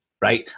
right